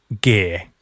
gear